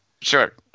Sure